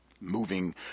moving